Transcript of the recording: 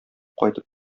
кайтып